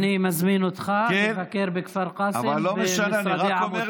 אני מזמין אותך לבקר בכפר קאסם במשרדי העמותה.